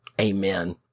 Amen